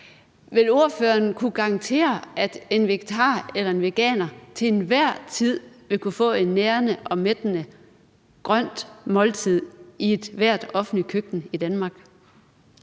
Vil ordføreren kunne garantere, at en vegetar eller en veganer til enhver tid vil kunne få et nærende og mættende grønt måltid i ethvert offentligt køkken i Danmark?